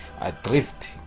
adrift